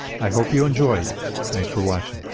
i hope you enjoyed thanks for watching!